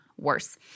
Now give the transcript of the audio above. Worse